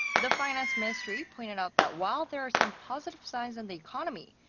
the finance ministry pointed out that while there are some positive signs in the economy,